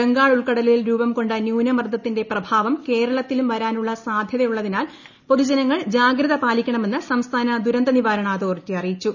ബംഗാൾ ഉൾക്കടലിൽ രൂപം കൊണ്ട ന്യൂനമർദത്തിന്റെ പ്രഭാവം കേരളത്തിലും വരാനുള്ള സാധ്യതയുള്ളതിനാൽ പൊതുജനങ്ങൾ ജാഗ്രത പാലിക്കണമെന്ന് സംസ്ഥാന ദുരന്ത നിവാരണ അതോറിറ്റി അറിയിച്ചു